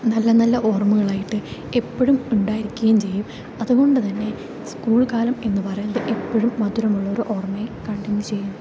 നല്ല നല്ല ഓർമ്മകൾ ആയിട്ട് എപ്പോഴും ഉണ്ടായിരിക്കുകയും ചെയ്യും അതുകൊണ്ടുതന്നെ സ്കൂൾ കാലം എന്ന് പറയുന്നത് എപ്പോഴും മധുരമുള്ള ഒരു ഓർമ്മയായി കണ്ടിന്യു ചെയ്യും